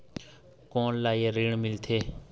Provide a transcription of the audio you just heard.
कोन कोन ला ये ऋण मिलथे?